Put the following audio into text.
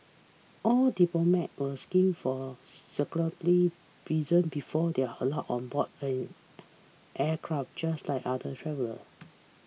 all diplomats were screened for security reasons before they are allowed on board an aircraft just like other travellers